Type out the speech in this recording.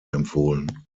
empfohlen